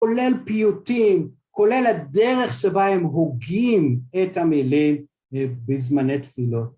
כולל פיוטים, כולל הדרך שבה הם הוגים את המילים בזמני תפילות